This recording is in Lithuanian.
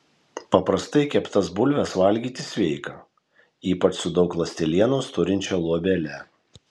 paprastai keptas bulves valgyti sveika ypač su daug ląstelienos turinčia luobele